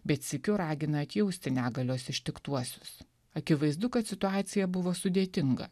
bet sykiu ragina atjausti negalios ištiktuosius akivaizdu kad situacija buvo sudėtinga